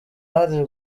hari